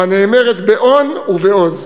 הנאמרת באון ובעוז.